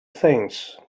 things